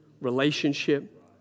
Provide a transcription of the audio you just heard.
relationship